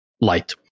light